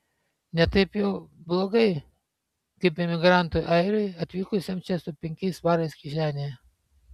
ne taip jau blogai kaip imigrantui airiui atvykusiam čia su penkiais svarais kišenėje